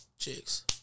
chicks